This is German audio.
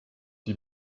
die